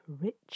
rich